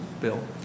Bill